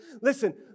listen